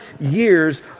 years